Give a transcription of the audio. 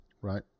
right